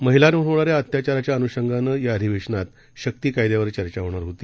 महिलांवरहोणाऱ्याअत्याचाराच्याअनुषंगानंयाअधिवेशनातशक्तीकायद्यावरचर्चाहोणारहोती